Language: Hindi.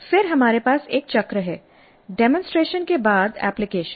फिर हमारे पास एक चक्र है डेमोंसट्रेशन के बाद एप्लीकेशन